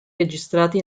registrati